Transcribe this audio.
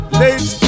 late